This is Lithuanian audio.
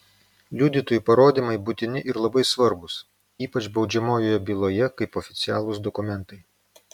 liudytojų parodymai būtini ir labai svarbūs ypač baudžiamojoje byloje kaip oficialūs dokumentai